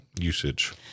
usage